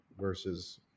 versus